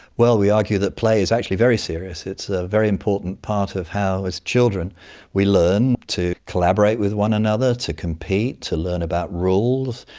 well, we argue that play is actually very serious, it's a very important part of how as children we learn to collaborate with one another, to compete, to learn about rules,